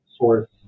source